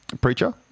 preacher